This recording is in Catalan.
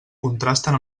contrasten